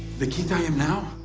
the keith i am now?